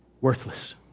Worthless